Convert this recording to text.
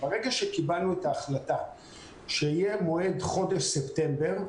ברגע שקיבלנו את ההחלטה שיהיה מועד בחודש ספטמבר,